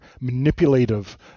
manipulative